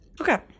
Okay